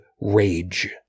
rage